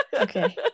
Okay